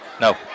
No